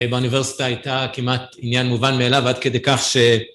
באוניברסיטה הייתה כמעט עניין מובן מאליו עד כדי כך ש...